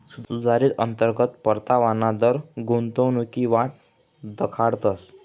सुधारित अंतर्गत परतावाना दर गुंतवणूकनी वाट दखाडस